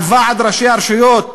על ועד ראשי הרשויות,